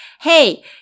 Hey